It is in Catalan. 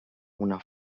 una